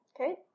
Okay